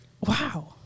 wow